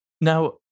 Now